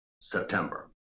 September